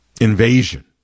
invasion